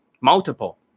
multiple